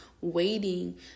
waiting